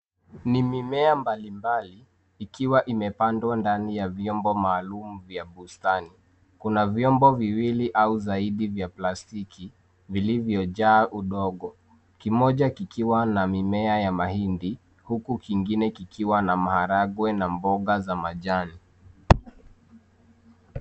Ni mimea mbali mbali ikiwa imepandwa ndani ya vyombo maalum vya bustani Kuna vyombo viwili au zaidi vya plastiki, vilivyojaa udongo kimoja kikiwa na mimea ya mahindi, huku kingine kikiwa na maharagwe na mboga za majani.